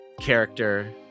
character